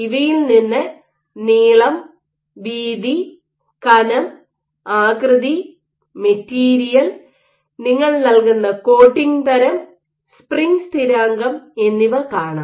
ഇവയിൽ നിന്ന് നീളം വീതി കനം ആകൃതി മെറ്റീരിയൽ നിങ്ങൾ നൽകുന്ന കോട്ടിംഗ് തരം സ്പ്രിംഗ് സ്ഥിരാങ്കം എന്നിവ കാണാം